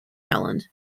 island